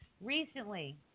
Recently